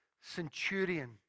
centurion